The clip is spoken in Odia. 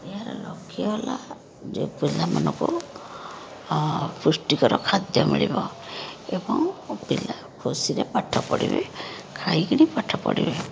ଏହାର ଲକ୍ଷ୍ୟ ହେଲା ଯେ ପିଲାମାନଙ୍କୁ ହଁ ପୁଷ୍ଟିକର ଖାଦ୍ୟ ମିଳିବ ଏବଂ ପିଲା ଖୁସିରେ ପାଠ ପଢ଼ିବେ ଖାଇକିରି ପାଠ ପଜ଼ିବେ